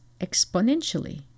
exponentially